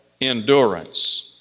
endurance